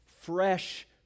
fresh